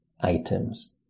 items